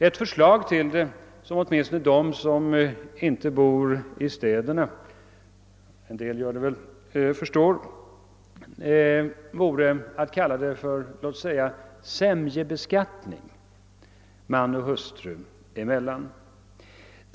Ett förslag i den riktningen — som väl åtminstone de människor som inte bor i städerna förstår — vore att kalla beskattningen för sämjebeskattning man och hustru emellan.